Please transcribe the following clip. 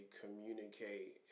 communicate